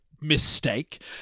mistake